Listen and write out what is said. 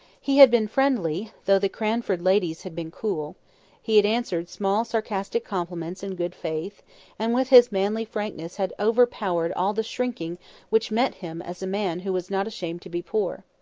he had been friendly, though the cranford ladies had been cool he had answered small sarcastic compliments in good faith and with his manly frankness had overpowered all the shrinking which met him as a man who was not ashamed to be poor.